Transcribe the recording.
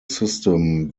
system